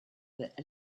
that